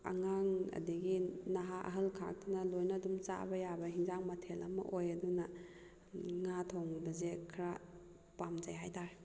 ꯑꯉꯥꯡ ꯑꯗꯒꯤ ꯅꯍꯥ ꯑꯍꯜ ꯈꯥꯛꯇꯅ ꯂꯣꯏꯅ ꯑꯗꯨꯝ ꯆꯥꯕ ꯌꯥꯕ ꯍꯤꯟꯖꯥꯡ ꯃꯊꯦꯜ ꯑꯃ ꯑꯣꯏ ꯑꯗꯨꯅ ꯉꯥ ꯊꯣꯡꯕꯁꯦ ꯈꯔ ꯄꯥꯝꯖꯩ ꯍꯥꯏ ꯇꯥꯔꯦ